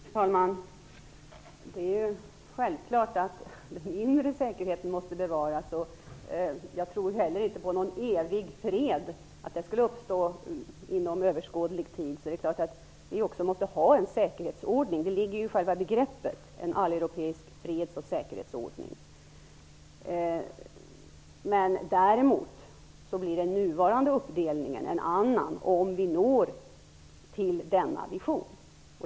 Fru talman! Det är självklart att den inre säkerheten måste bevaras. Jag tror heller inte på att någon evig fred skulle uppstå inom överskådlig tid. Det är alltså klart att vi måste ha en säkerhetsordning. Det ligger ju i själva begreppet: en alleuropeisk freds och säkerhetsordning. Däremot blir den nuvarande uppdelningen en annan om vi skulle nå fram till denna vision.